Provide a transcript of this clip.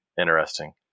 interesting